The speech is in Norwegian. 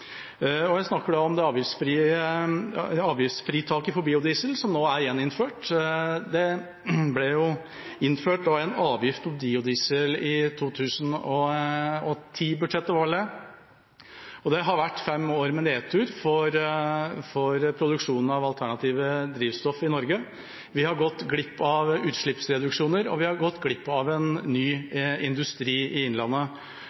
og Hedmark. Jeg snakker om avgiftsfritaket for biodiesel som nå er gjeninnført. Det ble innført en avgift på biodiesel i 2010-budsjettet, var det vel, og det har vært fem år med nedtur for produksjonen av alternative drivstoff i Norge. Vi har gått glipp av utslippsreduksjoner, og vi har gått glipp av en ny industri i innlandet.